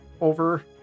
over